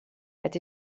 het